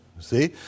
See